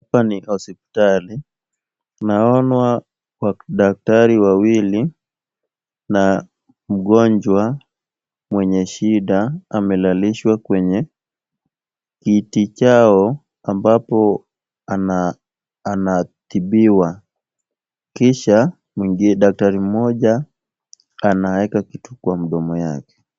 Hapa ni hospitali. Naona daktari wawili na mgonjwa mwenye shida amelalishwa kwenye kiti chao ambapo anatibiwa, kisha daktari mmoja anaweka kitu kwa mdomo yake.